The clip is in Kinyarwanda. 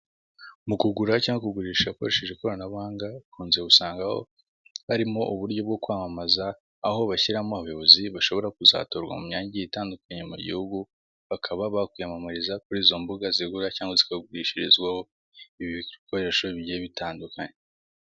Mu kugura cyangwa kugurisha ukoresheje ikoranabuhanga ukunze gusangaho harimo uburyo bwo kwamamaza, aho bashyiramo abayobozi bashobora kuzatorwa mu myangi itandukanye mu gihugu, bakaba bakwiyamamariza kuri izo mbuga zigura cyangwa zigagurishirizwaho ibikoresho bigiye bitandukanye.